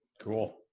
Cool